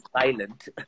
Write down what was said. silent